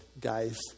guys